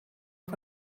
auf